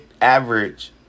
average